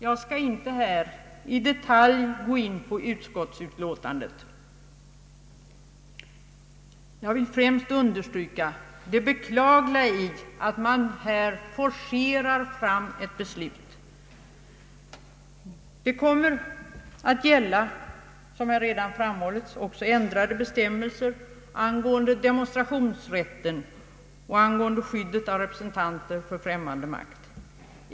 Jag skall inte här i detalj gå in på utskottsutlåtandet. Jag vill främst understryka det beklagliga i att man här forcerar fram ett beslut. Som redan framhållits, kommer ändrade bestämmelser att gälla också angående demonstrationsrätten och angående skyddet av representanter för främmande makt.